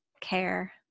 care